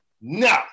no